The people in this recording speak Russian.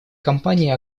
компании